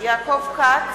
יעקב כץ